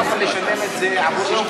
לא יכול לשלם את זה עבור מישהו,